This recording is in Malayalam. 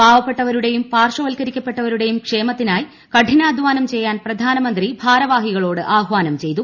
പാവപ്പെട്ടവരുടെയും പാർശ്വ വത്കരിക്കപ്പെട്ടവരുടെയും ക്ഷേമത്തിനായി കഠിനാധ്യാനം ചെയ്യാൻ പ്രധാനമന്ത്രി ഭാരവാഹികളോട് ആഹ്വാനം ചെയ്തു